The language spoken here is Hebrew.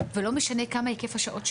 ולא משנה כמה היקף השעות שלה,